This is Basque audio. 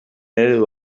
eredu